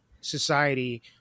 society